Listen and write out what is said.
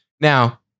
Now